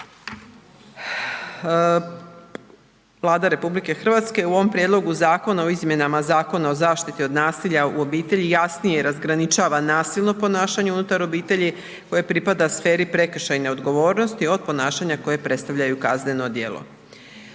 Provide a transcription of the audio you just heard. Vlada RH u ovom Prijedlogu zakona o izmjenama Zakona o zaštiti od nasilja u obitelji jasnije razgraničava nasilno ponašanje unutar obitelji koje pripada sferi prekršajne odgovornosti, od ponašanja koje predstavljaju kazneno djelo.